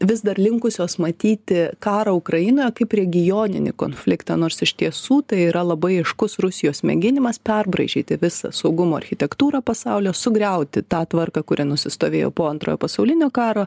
vis dar linkusios matyti karą ukrainoje kaip regioninį konfliktą nors iš tiesų tai yra labai aiškus rusijos mėginimas perbraižyti visą saugumo architektūrą pasaulyje sugriauti tą tvarką kuri nusistovėjo po antrojo pasaulinio karo